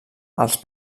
als